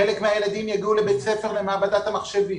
חלק מהילדים יגיעו לבית הספר למעבדת המחשבים,